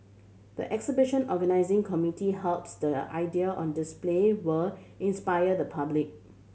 the exhibition organising committee hopes the idea on display will inspire the public